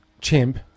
chimp